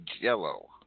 jello